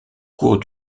cours